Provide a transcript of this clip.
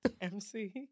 MC